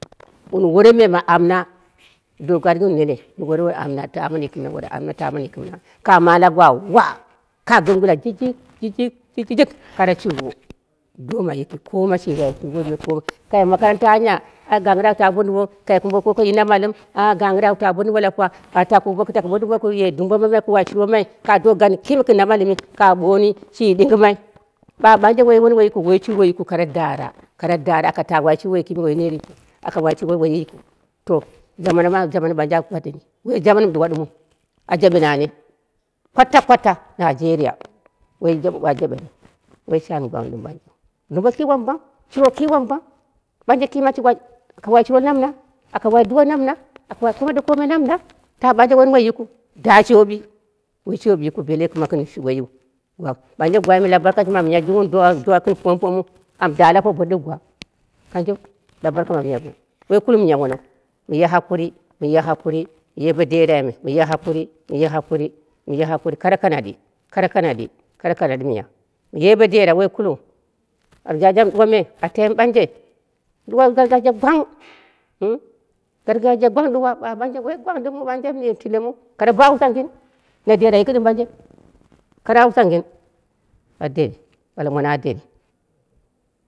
Wun wore me ma amna dogari wun nene wure ma amna wore ma amna tamani mɨna yiki. ka ma la gwa wa ka gɨm gɨla jijik jijik jijik jijik kare shurwo doma yiki koma shi wai shurwo nokɨra, kai makaranta anya ai gangɨre ai au ta bo dumbo kai kumbe goko yi na milkɨm a gangɨra au ta bo dumbo lapuwa, boku taku bo dumbo boku wai shurwo mamai ka ob garni kime gɨm na malɨmii ka ɓoni shi ɗingɨmai, ɓa ɓanje woi wunduwoi yikɨu woi shurwo yikɨu kime woi neet yikilu woi shurwoi yikɨu to jaman ma jaman mɨ ɓanje a deni woi jaman mɨ ɗuwa ɗɨmɨu, a jaɓeni woi shani gwang ɗimi ɓanjeu, dumbo ki wom bam shurwo ki wom bam, ɓamje kime ashi aka wai shurwo lamna, aka wai duwo lamna aka wai komi da komi lamna ta ɓanje wo wunduwoi yikɨu da shobi woi yikɨu belle kɨma ka nashi woiyiu. Ɓanje gwai me barkashi ma miyai jung wun dowa gɨn pompomwu am da lapuwa ɗou bo ɗɨg gwa kanjeu la barka ma miya jung woi, kuliu miya mono mɨye hakuri, mɨye hakuri, mɨye boderi me mɨye hakuri, mɨye hakuri kare kanaɗi kare kanaɗi kare kanaɗi miya mɨye bo dera woi kuliu aljaja mɨ ɗuwa me a tai mɨ ɓanje mɨ duwa aljaja gwang gargajiya gwang ɗuwa ba ɓanje woi gwang ɗɨmɨu banje mɨ tile mu koro bo haushangin na dera yiki ɗɨm ɓanje kare haushangin a deni ɓala mono a deni